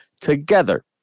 together